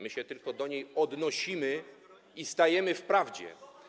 My się tylko do niej odnosimy i stajemy w prawdzie.